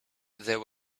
there